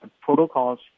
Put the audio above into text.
protocols